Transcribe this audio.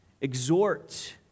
exhort